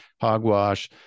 hogwash